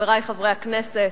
חברי חברי הכנסת,